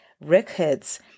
records